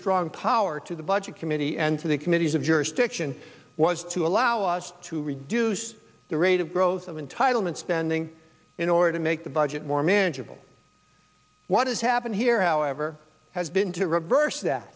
strong power to the budget committee and to the committees of jurisdiction was to allow us to reduce the rate of growth of entitlement spending in order to make the budget more manageable what has happened here however has been to reverse that